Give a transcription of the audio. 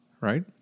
right